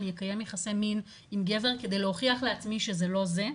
אני אקיים יחסי מין עם גבר כדי להוכיח עצמי שזה לא זה.